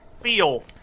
feel